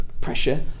pressure